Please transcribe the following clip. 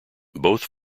both